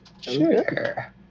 Sure